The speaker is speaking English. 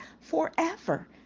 forever